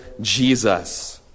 Jesus